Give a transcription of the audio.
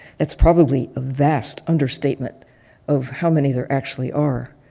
that's probably a vast understatement of how many there actually are.